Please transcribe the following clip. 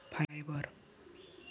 fibre